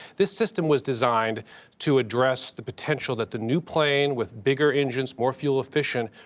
this system was designed to address the potential that the new plane, with bigger engines, more fuel-efficient,